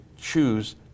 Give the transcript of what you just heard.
choose